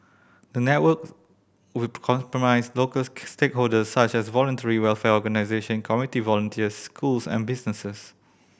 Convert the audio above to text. the network will comprise local stakeholders such as voluntary welfare organisation community volunteers schools and businesses